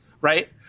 right